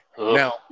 Now